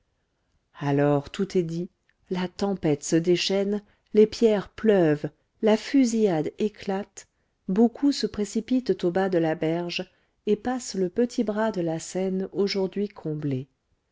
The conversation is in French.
alors tout est dit la tempête se déchaîne les pierres pleuvent la fusillade éclate beaucoup se précipitent au bas de la berge et passent le petit bras de la seine aujourd'hui comblé